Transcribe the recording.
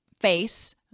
face